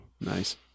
Nice